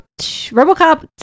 Robocop